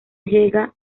llega